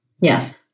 Yes